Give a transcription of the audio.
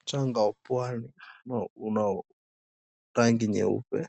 Mchanga wa pwani unlio rangi nyeupe.